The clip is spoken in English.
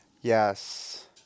Yes